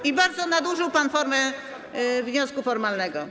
I bardzo nadużył pan formy wniosku formalnego.